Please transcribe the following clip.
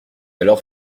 alors